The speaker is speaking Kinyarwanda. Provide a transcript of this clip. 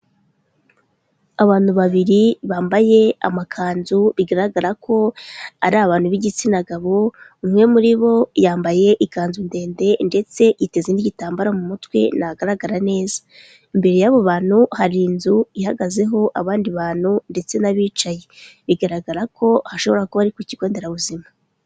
Abantu babiri bambaye amakanzu, bigaragara ko ari abantu b'igitsina gabo, umwe muri bo yambaye ikanzu ndende ndetse yiteze n'igitambaro mu mutwe ntagaragara neza. Imbere y'abo bantu hari inzu ihagazeho abandi bantu ndetse n'abicaye. Bigaragara ko hashobora kuba ari ku kigo nderabuzima.